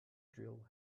drill